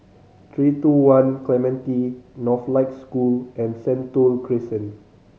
Three Two One Clementi Northlight School and Sentul Crescent